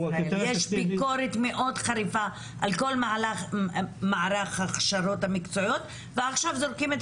יש ביקורת מאוד חריפה על כל מערך ההכשרות המקצועיות ועכשיו זורקים את